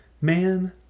man